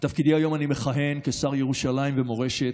בתפקידי היום אני מכהן כשר ירושלים ומורשת.